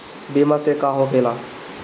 बीमा से का होखेला?